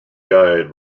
guide